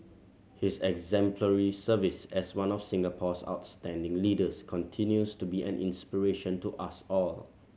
his exemplary service as one of Singapore's outstanding leaders continues to be an inspiration to us all